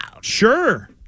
Sure